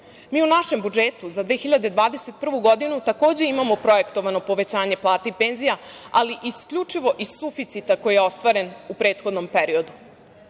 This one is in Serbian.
u našem budžetu za 2021. godinu, takođe imamo projektovano povećanje plata i penzija, ali isključivo iz suficita koji je ostvaren u prethodnom periodu. Ogromna